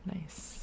Nice